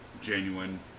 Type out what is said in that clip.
genuine